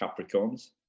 Capricorns